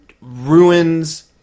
ruins